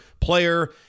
player